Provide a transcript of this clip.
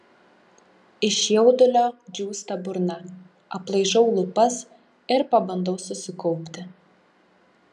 iš jaudulio džiūsta burna aplaižau lūpas ir pabandau susikaupti